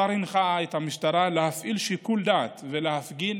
השר הנחה את המשטרה להפעיל שיקול דעת ולהפגין